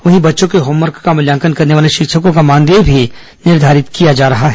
वहीं बच्चों के होमवर्क का मुल्यांकन करने वाले शिक्षकों का मानदेय भी निर्धारित किया जा रहा है